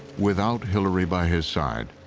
without hillary by his side,